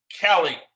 Kelly